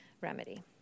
remedy